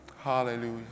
Hallelujah